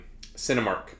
Cinemark